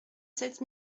sept